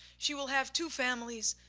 she will have two families,